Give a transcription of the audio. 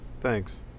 Thanks